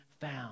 found